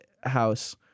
house